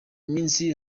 minsi